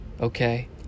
Okay